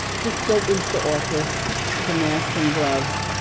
just go into the office with a mask and gloves.